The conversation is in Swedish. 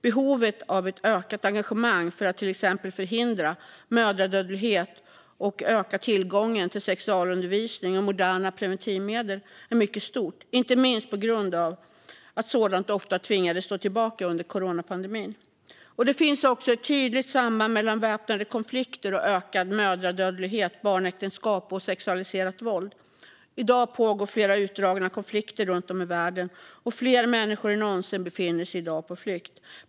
Behovet av ett ökat engagemang för att till exempel förhindra mödradödlighet och öka tillgången till sexualundervisning och moderna preventivmedel är mycket stort, inte minst på grund av att sådant ofta tvingades stå tillbaka under coronapandemin. Det finns också ett tydligt samband mellan väpnade konflikter och ökad mödradödlighet, barnäktenskap och sexualiserat våld. I dag pågår flera utdragna konflikter runt om i världen, och fler människor än någonsin tidigare befinner sig i dag på flykt.